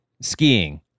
skiing